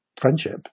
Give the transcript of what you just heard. friendship